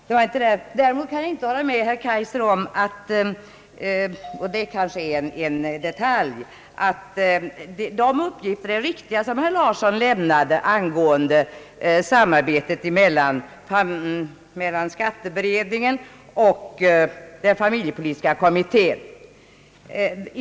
Däremot kan jag inte hålla med herr Kaijser — det kanske är en detalj i sam manhanget — om att de uppgifter är riktiga som herr Larsson lämnade om samarbetet mellan skatteberedningen och den familjepolitiska kommittén.